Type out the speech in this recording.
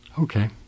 Okay